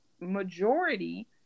majority